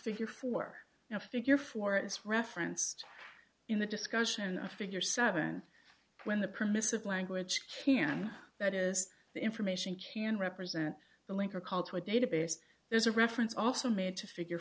figure for now figure four is referenced in the discussion of figure seven when the permissive language can that is the information can represent the link or call to a database there's a reference also made to figure